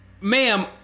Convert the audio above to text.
ma'am